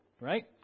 right